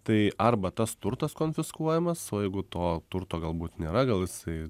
tai arba tas turtas konfiskuojamas o jeigu to turto galbūt nėra gal jisai